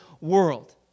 world